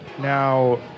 Now